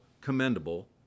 commendable